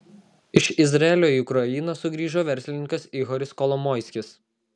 iš izraelio į ukrainą sugrįžo verslininkas ihoris kolomoiskis